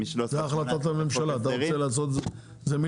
ומ-13 עד 18. זו החלטת הממשלה.